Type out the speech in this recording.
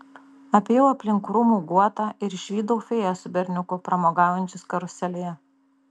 apėjau aplink krūmų guotą ir išvydau fėją su berniuku pramogaujančius karuselėje